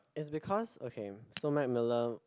is because okay so Mac Miller